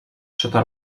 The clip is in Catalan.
sota